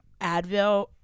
Advil